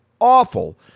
awful